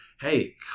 hey